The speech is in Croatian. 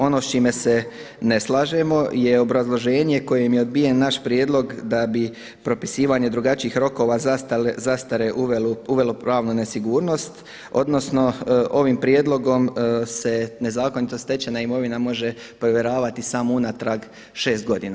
Ono s čime se ne slažemo je obrazloženje kojim je odbijen naš prijedlog da bi propisivanje drugačijih rokova zastare uvelo pravnu nesigurnost, odnosno ovim prijedlogom se nezakonito stečena imovina može provjeravati samo unatrag šest godina.